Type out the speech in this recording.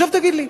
עכשיו תגיד לי,